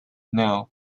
now